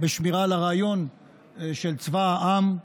בשמירה על הרעיון של צבא העם,